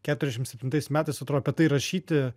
keturiasdešim septintais metais atro apie tai rašyti